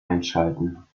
einschalten